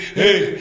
hey